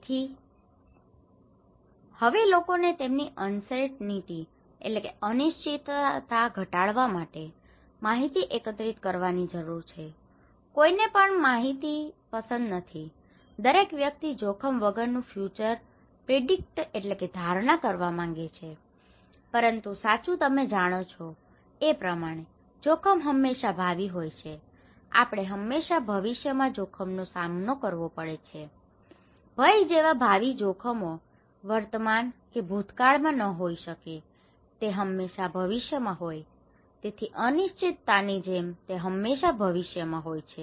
તેથી હવે લોકોને તેમની અનસર્ટેનિટી uncertainty અનિશ્ચિતતા ઘટાડવા માટે માહિતી એકત્રિત કરવાની જરૂર છે કોઈને પણ અનસર્ટેનિટી uncertainty અનિશ્ચિતતા પસંદ નથી દરેક વ્યક્તિ જોખમ વગરનું ફ્યુચર future ભવિષ્ય પ્રિડિક્ટ predict ધારણા કરવા માંગે છે પરંતુ સાચું તમે જાણો છો એ પ્રમાણે જોખમ હંમેશાં ભાવિ હોય છે આપણે હંમેશાં ભવિષ્યમાં જોખમનો સામનો કરવો પડે છે ભય જેવા ભાવિ જોખમો વર્તમાન કે ભૂતકાળમાં ન હોઈ શકે તે હંમેશાં ભવિષ્યમાં હોય છે તેથી અનિશ્ચિતતાની જેમ તે હંમેશાં ભવિષ્યમાં હોય છે